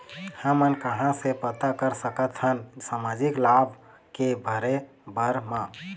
हमन कहां से पता कर सकथन सामाजिक लाभ के भरे बर मा?